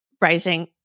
rising